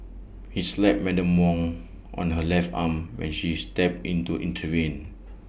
he slapped Madam Wang on her left arm when she stepped in to intervene